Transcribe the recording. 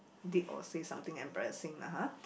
did or say something embarrassing lah [huh]